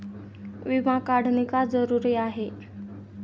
विमा काढणे का जरुरी आहे?